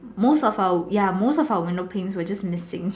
most of our ya most of our windows were just missing